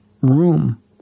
room